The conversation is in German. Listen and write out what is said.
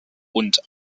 und